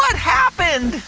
happened?